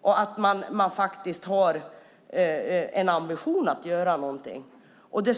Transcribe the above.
och sett att man faktiskt har en ambition att göra någonting.